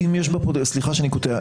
סליחה שאני קוטע.